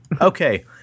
Okay